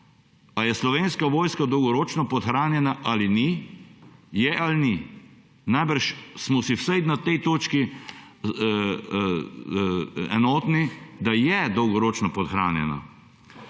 A je Slovenska vojska dolgoročno podhranjena ali ni? Je ali ni? Najbrž smo si vsaj na tej točki enotni, da je dolgoročno podhranjena.